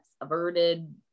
averted